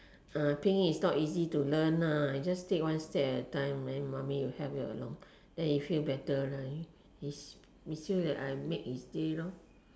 uh 拼音 is not easy to learn lah you just take one step at a time then mummy will help you along then he feel better right his he feel that I make his day lor